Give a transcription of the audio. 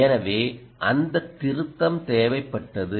எனவே அந்த திருத்தம் தேவைப்பட்டது